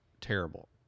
terrible